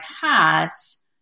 past